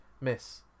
Miss